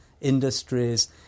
industries